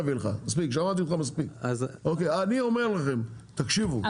אני אומר לכם תקשיבו,